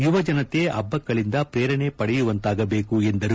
ಯುವ ಜನತೆ ಅಬ್ಬಕ್ಕಳಿಂದ ಪ್ರೇರಣೆ ಪಡೆಯುವಂತಾಗಬೇಕು ಎಂದರು